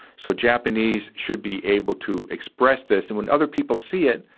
so japanese should be able to express this, and when other people see it,